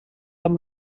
amb